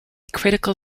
critical